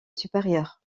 supérieure